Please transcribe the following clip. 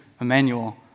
Emmanuel